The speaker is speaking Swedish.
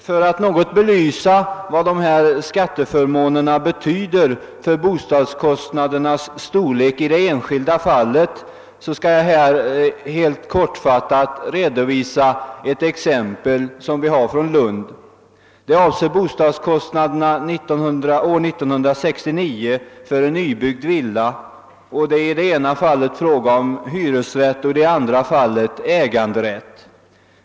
För att något belysa vad dessa skatteförmåner betyder för bostadskostnadernas storlek i det enskilda fallet skall jag helt kortfattat redovisa ett exempel från Lund. Det avser bostadskostnaderna år 1969 för en nybyggd villa, och det är i det ena fallet fråga om hyresrätt och i det andra fallet om äganderätt.